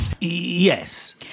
Yes